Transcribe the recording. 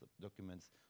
documents